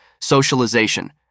Socialization